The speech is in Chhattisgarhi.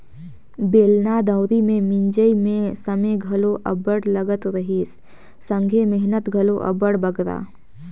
बेलना दउंरी मे मिंजई मे समे घलो अब्बड़ लगत रहिस संघे मेहनत घलो अब्बड़ बगरा